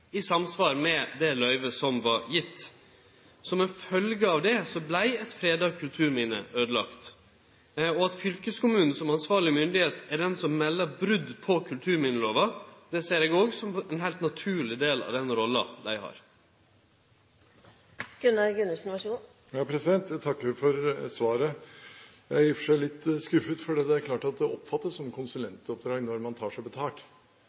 i samsvar med det løyvet som var gjeve. På grunn av det vart eit freda kulturminne øydelagt. At fylkeskommunen som ansvarleg myndigheit er den som melder brot på kulturminnelova, ser eg òg som ein heilt naturleg del av den rolla han har. Jeg takker for svaret. Jeg er i og for seg litt skuffet, for det er klart at det oppfattes som konsulentoppdrag når man tar seg